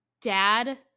dad